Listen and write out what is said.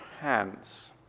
hands